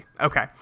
Okay